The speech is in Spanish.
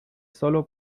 sólo